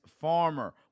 Farmer